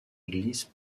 église